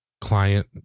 client